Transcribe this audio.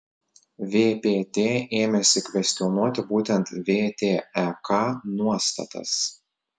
vpt ėmėsi kvestionuoti būtent vtek nuostatas